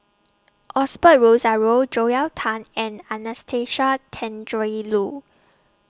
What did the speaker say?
Osbert Rozario Joel Tan and Anastasia Tjendri Lu